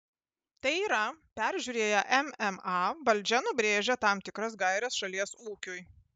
tai yra peržiūrėję mma valdžia nubrėžia tam tikras gaires šalies ūkiui